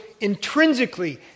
intrinsically